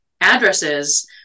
addresses